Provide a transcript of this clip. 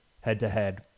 head-to-head